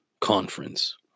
conference